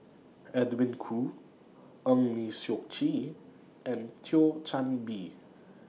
Edwin Koo Eng Lee Seok Chee and Thio Chan Bee